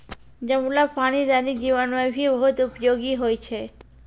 जमलो पानी दैनिक जीवन मे भी बहुत उपयोगि होय छै